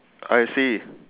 I see